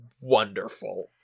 wonderful